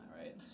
right